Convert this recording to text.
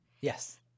Yes